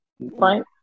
right